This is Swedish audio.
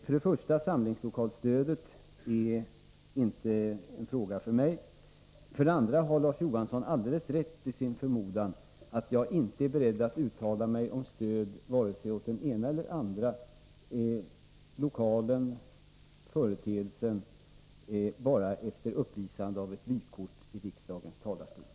För det första är samlingslokalstödet inte en fråga för mig. För det andra har Larz Johansson alldeles rätt i sin förmodan att jag inte är beredd att uttala mig om stöd åt vare sig den ena eller andra lokalen eller företeelsen bara efter uppvisande av ett vykort från riksdagens talarstol.